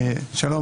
שלום,